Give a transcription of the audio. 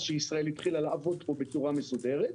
שישראל התחילה לעבוד פה בצורה מסודרת.